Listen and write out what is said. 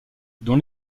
dont